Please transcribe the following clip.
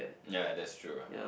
ya that's true ah